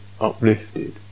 uplifted